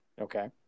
Okay